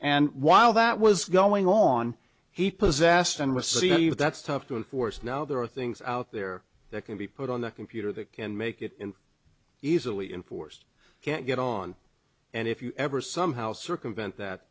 and while that was going on he possessed and received that's tough to enforce now there are things out there that can be put on the computer that can make it easily enforced can't get on and if you ever somehow circumvent that